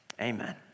Amen